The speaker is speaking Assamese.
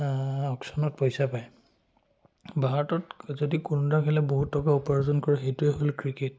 অকশ্যনত পইচা পায় ভাৰতত যদি কোনো এটা খেলে বহুত টকা উপাৰ্জন কৰে সেইটোৱে হ'ল ক্ৰিকেট